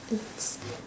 that's